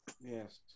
Yes